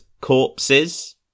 corpses